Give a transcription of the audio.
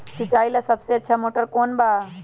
सिंचाई ला सबसे अच्छा मोटर कौन बा?